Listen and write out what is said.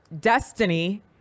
destiny